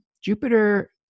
jupiter